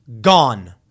Gone